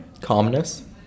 Calmness